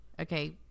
Okay